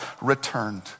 returned